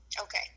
Okay